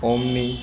homey